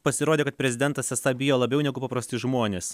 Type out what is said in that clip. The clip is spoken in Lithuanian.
pasirodė kad prezidentas esą bijo labiau negu paprasti žmonės